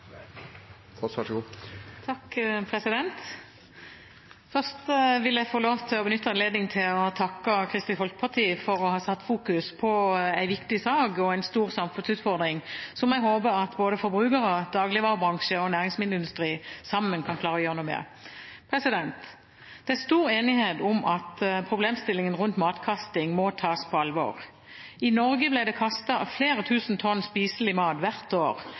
innstillingen, og så vil jeg også signalisere at Arbeiderpartiet er interessert i å støtte Miljøpartiet De Grønnes tre forslag som er lagt på bordet i dag. Først vil jeg få lov til å benytte anledningen til å takke Kristelig Folkeparti for å ha satt fokus på en viktig sak og en stor samfunnsutfordring som jeg håper både forbrukere, dagligvarebransje og næringsmiddelindustrien sammen kan klare å gjøre noe med. Det er stor enighet om at problemstillingen rundt matkasting må tas på alvor. I Norge blir det